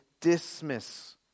dismiss